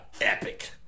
Epic